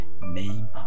name